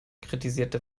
kritisierte